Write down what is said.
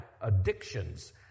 addictions